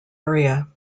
area